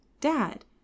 dad